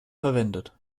verwendet